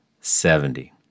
seventy